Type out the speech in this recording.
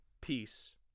Peace